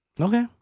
Okay